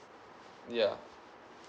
yeah